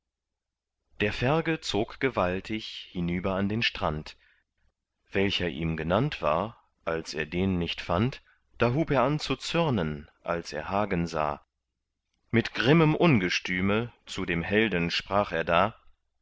der ferge zog gewaltig hinüber an den strand welcher ihm genannt war als er den nicht fand da hub er an zu zürnen als er hagen sah mit grimmem ungestüme zu dem helden sprach er da